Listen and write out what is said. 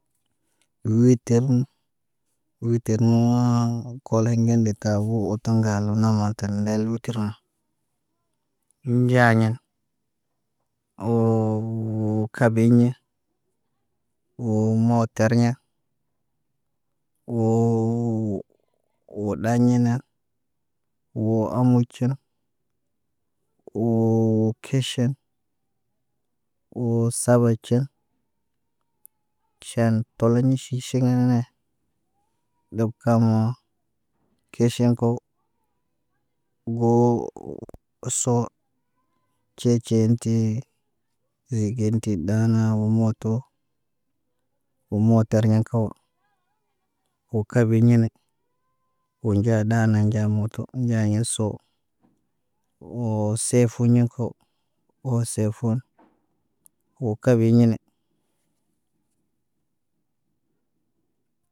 Wootel wootel noŋŋ koleɲ ŋgen de tabo oteɲ ŋgal na mater ŋgal witir na. Nɟaa ɲen woo kaɓi ne woo moter ɲa woo ɗaɲana woo omocun woo keʃen woo sabar cen ʃan toliɲa ʃi ʃi ge ne ne. Deb kamoo, keʃeŋg kow. Goo soo ce cen ti zegenti ɗaana wo moto wo moter ɲa kow woo kaɓi ɲene woo nɟaa ɗaana nɟaa moto nɟaɲa soo woo seefuɲa ko woo sefun woo kaaɓi yene.